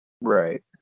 Right